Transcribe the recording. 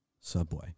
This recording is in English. subway